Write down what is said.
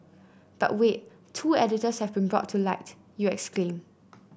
but wait two editors have been brought to light you exclaim